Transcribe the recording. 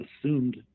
assumed